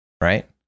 right